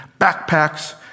backpacks